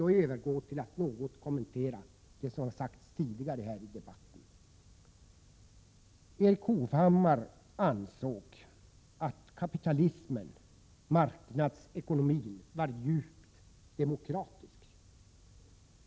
Jag övergår nu till att något kommentera det som har sagts tidigare här i debatten. Erik Hovhammar ansåg att kapitalismen, marknadsekonomin, var djupt demokratisk.